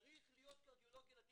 צריך להיות קרדיולוג ילדים.